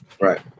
Right